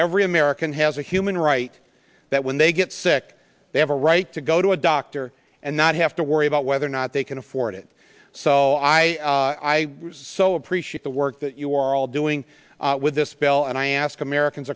every american has a human right that when they get sick they have a right to go to a doctor and not have to worry about whether or not they can afford it so i i so appreciate the work that you are all doing with this bill and i ask americans